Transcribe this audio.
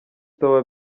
tower